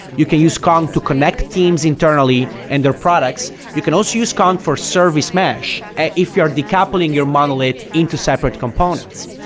you can use to connect teams internally and their products. you can also use kong for service mesh and if you're decoupling your monolith into separate components.